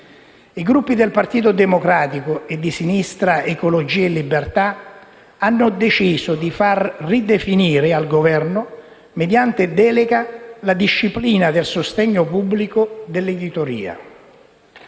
I Gruppi del Partito Democratico e di Sinistra Ecologia e Libertà hanno deciso di far ridefinire al Governo, mediante delega, la disciplina del sostegno pubblico dell'editoria.